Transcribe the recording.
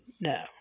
No